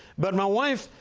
but my wife,